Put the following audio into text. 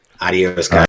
Adios